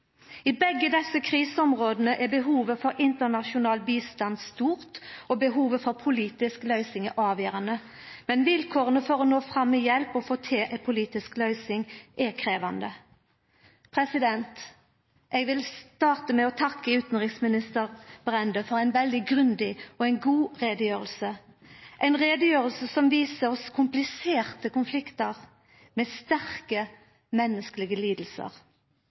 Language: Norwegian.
I begge desse kriseområda er behovet for internasjonal bistand stort, og behovet for politisk løysing er avgjerande, men vilkåra for å nå fram med hjelp og få til ei politisk løysing er krevjande. Eg vil starta med å takka utanriksminister Brende for ei veldig grundig og god utgreiing, ei utgreiing som viser oss kompliserte konfliktar med store menneskelege